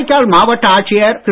காரைக்கால் மாவட்ட ஆட்சியர் திரு